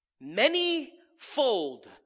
Many-fold